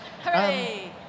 Hooray